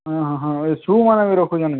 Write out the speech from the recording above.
ହଁ ହଁ ଏ ସୁ'ମାନେ ବି ରଖୁଛନ୍ କାଏଁ